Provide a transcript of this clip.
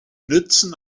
nützen